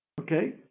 Okay